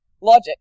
logic